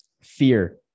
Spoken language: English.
Fear